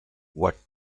what